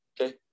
Okay